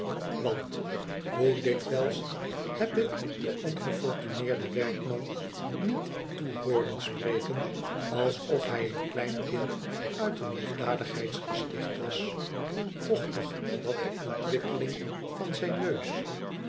want hoe dikwijls heb ik denongefortuneerden werkman niet toe hooren spreken alsof hij een klein kind uit een liefdadigheidsgesticht was vochtig wat de ontwikkeling van zijn neus